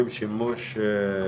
אתם פה במחוז דן בשקף